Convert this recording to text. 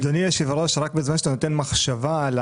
אדוני היושב ראש, בזמן שאתה נותן מחשבה על